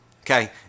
Okay